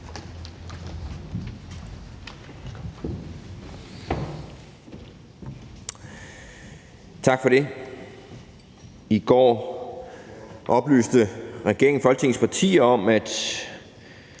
Tak for det. I går oplyste regeringen Folketingets partier om, at